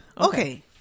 Okay